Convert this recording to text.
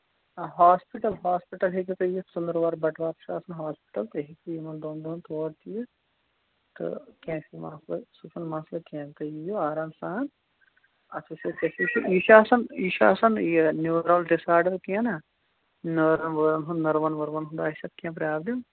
آ hospital hospital ہیٚکِو تُہۍ یِتھ ژٔنٛدٕروار بَٹہٕ وار چھُ آسان ہاسپِٹَل تُہۍ ہیٚکِو یِمَن دۄن دۄہَن تور تہِ یِتھ تہٕ کیٚنٛہہ چھُ سُہ چھُنہٕ مَسلہٕ کیٚنٛہہ تُہۍ یِیِو آرام سان اَچھا اَچھا یہِ یہِ چھُ آسان یہِ چھُ آسان یہِ نِیٛوٗرل ڈِس آرڈر کیٚنٛہہ نا نٲرٕن وٲرٕن ہُنٛد نٔروَن وُروَن ہُنٛد آسہِ اَتھ کیٚنٛہہ پرٛابلِم